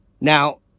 Now